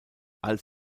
als